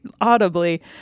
audibly